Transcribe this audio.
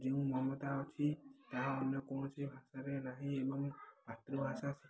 ଯେଉଁ ମମତା ଅଛି ତାହା ଅନ୍ୟ କୌଣସି ଭାଷାରେ ନାହିଁ ଏବଂ ମାତୃଭାଷା